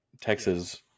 Texas